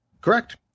Correct